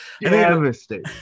Devastate